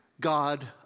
God